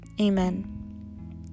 Amen